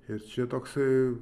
ir čia toksai